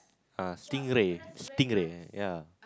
ah stingray stingray ya